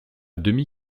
demi